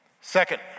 Second